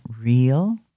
real